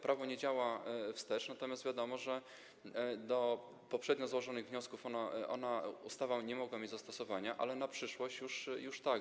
Prawo nie działa wstecz, natomiast wiadomo, że do poprzednio złożonych wniosków ustawa nie mogła mieć zastosowania, ale na przyszłość już tak.